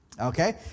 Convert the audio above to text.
Okay